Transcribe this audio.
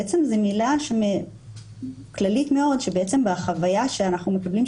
בעצם זו מילה כללית מאוד שבעצם בחוויה שאנחנו מקבלים,